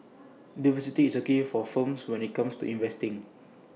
diversity is key for firms when IT comes to investing